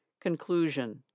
Conclusion